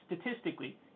statistically